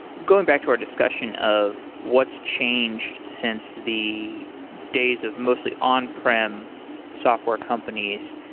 going back to a discussion of what's changed since the days of mostly on-prem software companies,